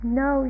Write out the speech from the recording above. no